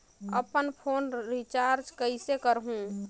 अपन phone recharge कइसे करहु?